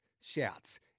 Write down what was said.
shouts